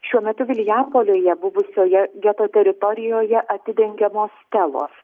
šiuo metu vilijampolėje buvusioje geto teritorijoje atidengiamos stelos